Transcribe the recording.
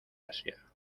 asia